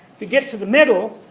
to get to the middle,